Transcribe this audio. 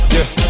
Yes